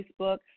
Facebook